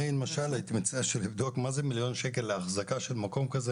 אני למשל הייתי מציע לבדוק מה זה מליון שקל לאחזקה של מקום כזה,